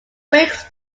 breaks